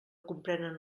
comprenen